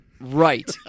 Right